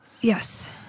yes